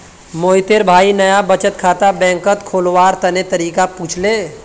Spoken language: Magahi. मोहितेर भाई नाया बचत खाता बैंकत खोलवार तने तरीका पुछले